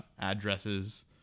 addresses